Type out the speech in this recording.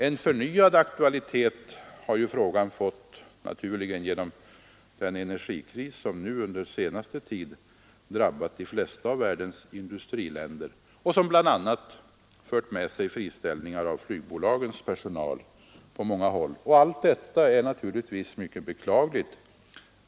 Frågan har naturligtvis fått förnyad aktualitet genom den energikris som under senaste tiden drabbat de flesta av världens industriländer och som bl.a. på många håll har fört med sig friställningar av flygbolagens personal. Allt detta är givetvis mycket beklagligt.